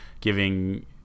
giving